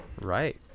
Right